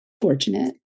fortunate